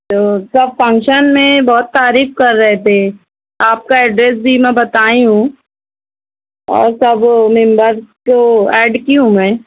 تو سب فنکشن میں بہت تعریف کر رہے تھے آپ کا ایڈریس بھی میں بتائی ہوں اور سب ممبر کو ایڈ کی ہوں میں